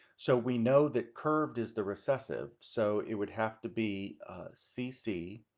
so we know that curved is the recessive, so it would have to be cc.